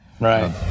Right